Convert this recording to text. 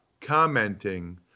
commenting